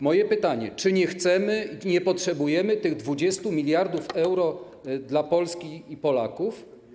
Moje pytanie: Czy nie chcemy, nie potrzebujemy tych 20 mld euro dla Polski i Polaków?